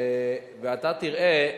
ואתה תראה,